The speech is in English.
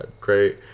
great